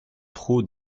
trot